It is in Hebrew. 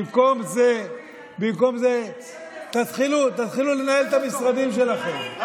במקום זה תתחילו לנהל את המשרדים שלכם,